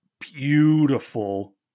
beautiful